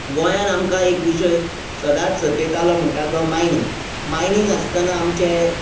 गोंयांत आमकां एक विशय सदांच सतयतालो म्हणटा तो मायनिंग मायनिंग आसतना आमचें